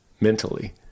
mentally